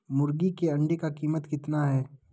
मुर्गी के अंडे का कीमत कितना है?